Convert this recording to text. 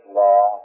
law